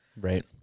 Right